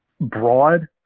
broad